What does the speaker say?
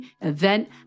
event